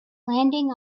landing